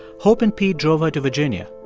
hope and pete drove her to virginia.